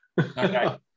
Okay